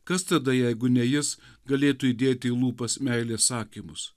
kas tada jeigu ne jis galėtų įdėti į lūpas meilės sakymus